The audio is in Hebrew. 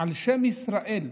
על השם "ישראל".